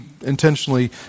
intentionally